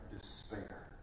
despair